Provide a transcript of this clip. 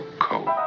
cold